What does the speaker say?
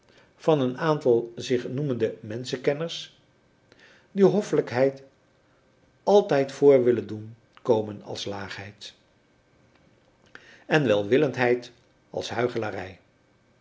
van een aantal zich noemende menschenkenners die hoffelijkheid altijd voor willen doen komen als laagheid en welwillendheid als